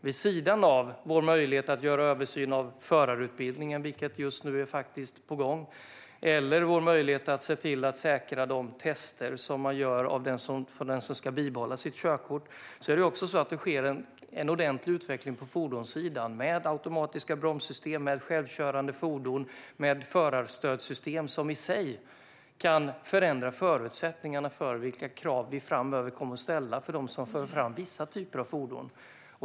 Vid sidan av vår möjlighet att göra en översyn av förarutbildningen, vilket just nu är på gång, eller vår möjlighet att se till att säkra de tester som man gör av dem som ska bibehålla sitt körkort, sker det en ordentlig utveckling på fordonssidan. Det handlar om automatiska bromssystem, om självkörande fordon och om förarstödssystem som i sig kan förändra förutsättningarna för vilka krav vi framöver kommer att ställa på dem som för fram vissa typer av fordon.